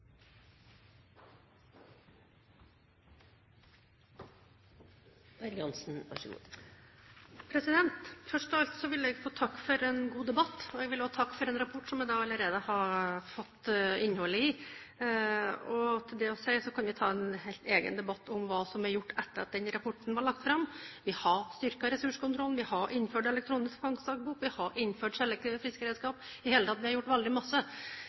Først av alt vil jeg få takke for en god debatt. Jeg vil også takke for en rapport som jeg allerede har fått innholdet i. Til det har jeg å si at vi kan ta en egen debatt om hva som er blitt gjort etter at denne rapporten ble lagt fram. Vi har styrket ressurskontrollen, vi har innført elektronisk fangstdagbok, vi har innført selektive fiskeredskap – i det hele tatt har vi gjort en hel masse.